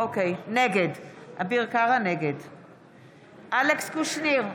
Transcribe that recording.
נגד אלכס קושניר,